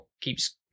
keeps